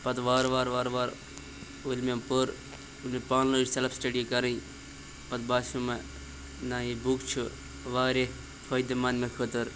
پَتہٕ وارٕ وارٕ وارٕ وارٕ ؤلۍ مےٚ پٔر ییٚلہِ مےٚ پانہٕ لٔج سٮ۪لٕف سٕٹَڈی کَرٕنۍ پَتہٕ باسیو مےٚ نَہ یہِ بُک چھِ واریاہ فٲیدٕ منٛد مےٚ خٲطٕر